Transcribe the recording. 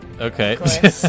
Okay